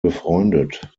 befreundet